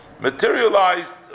materialized